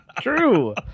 true